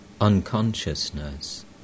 Unconsciousness